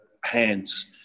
hands